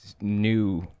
new